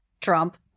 Trump